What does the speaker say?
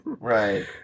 Right